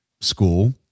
school